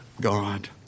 God